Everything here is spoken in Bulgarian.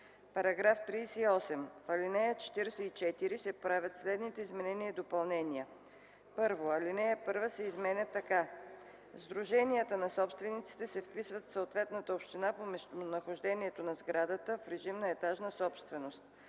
§ 38. В чл. 44 се правят следните изменения и допълнения: 1. Алинея 1 се изменя така: „(1) Сдруженията на собствениците се вписват в съответната община по местонахождението на сградата в режим на етажна собственост.